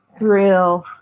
real